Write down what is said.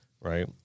Right